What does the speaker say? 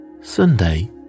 Sunday